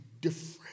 different